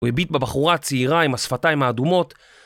הוא הביט בבחורה צעירה עם השפתיים האדומות